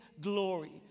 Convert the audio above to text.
glory